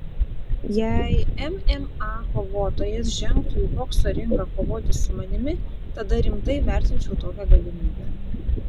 jei mma kovotojas žengtų į bokso ringą kovoti su manimi tada rimtai vertinčiau tokią galimybę